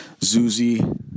Zuzi